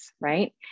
right